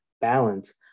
balance